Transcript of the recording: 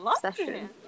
session